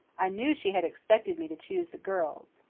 i knew she had expected me to choose the girls.